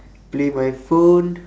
play my phone